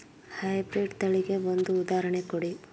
High breed ತಳಿಗೆ ಒಂದು ಉದಾಹರಣೆ ಕೊಡಿ?